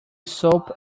soap